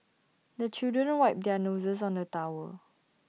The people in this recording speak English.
the children wipe their noses on the towel